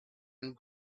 and